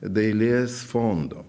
dailės fondo